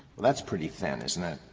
that's pretty thin, isn't it?